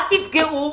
אל תפגעו.